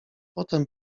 potem